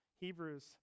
Hebrews